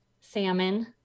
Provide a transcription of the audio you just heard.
salmon